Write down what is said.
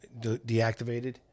deactivated